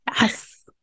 yes